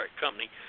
company